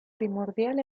primordial